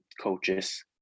coaches